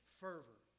fervor